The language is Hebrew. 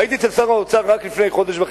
והייתי אצל שר האוצר רק לפני חודש,